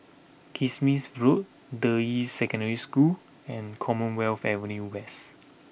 Kismis Road Deyi Secondary School and Commonwealth Avenue West